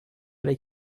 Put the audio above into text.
les